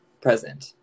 present